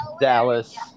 Dallas